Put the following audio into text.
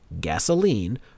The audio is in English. gasoline